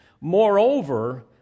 Moreover